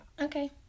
Okay